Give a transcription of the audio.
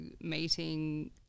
meeting